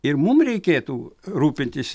ir mum reikėtų rūpintis